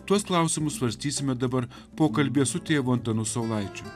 tuos klausimus svarstysime dabar pokalbyje su tėvu antanu saulaičiu